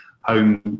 home